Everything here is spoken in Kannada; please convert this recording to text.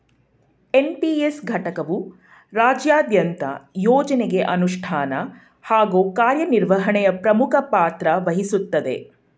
ಎನ್.ಪಿ.ಎಸ್ ಘಟಕವು ರಾಜ್ಯದಂತ ಯೋಜ್ನಗೆ ಅನುಷ್ಠಾನ ಹಾಗೂ ಕಾರ್ಯನಿರ್ವಹಣೆಯ ಪ್ರಮುಖ ಪಾತ್ರವಹಿಸುತ್ತದೆ